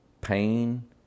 pain